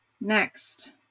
Next